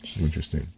Interesting